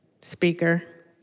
speaker